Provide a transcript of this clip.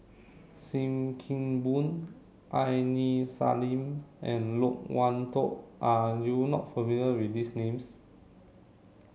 Sim Kee Boon Aini Salim and Loke Wan Tho are you not familiar with these names